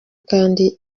kandi